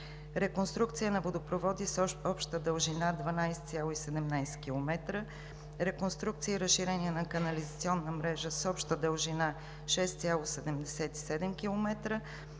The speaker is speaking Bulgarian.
реконструкция на водопроводи с обща дължина 12,17 км; реконструкция и разширение на канализационна мрежа с обща дължина 6,77 км;